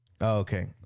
okay